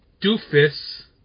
doofus